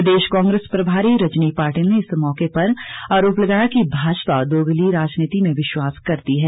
प्रदेश कांग्रेस प्रभारी रजनी पाटिल ने इस मौके पर आरोप लगाया कि भाजपा दोगली राजनीति में विश्वास करती है